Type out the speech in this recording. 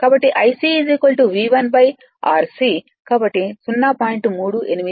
కాబట్టి Ic V1 Rc కాబట్టి 0